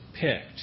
picked